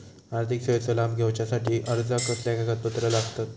आर्थिक सेवेचो लाभ घेवच्यासाठी अर्जाक कसले कागदपत्र लागतत?